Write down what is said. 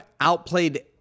outplayed